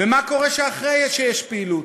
ומה קורה אחרי שיש פעילות.